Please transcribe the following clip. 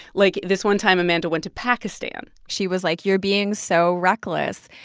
like this one time amanda went to pakistan she was like, you're being so reckless.